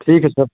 ठीक है सर